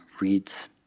reads